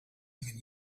even